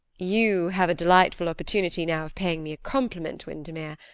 you have a delightful opportunity now of paying me a compliment, windermere.